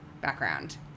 background